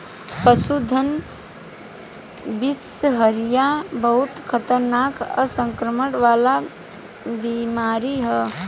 पशुधन में बिषहरिया बहुत खतरनाक आ संक्रमण वाला बीमारी ह